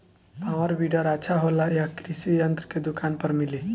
Power weeder अच्छा होला यह कृषि यंत्र के दुकान पर मिली?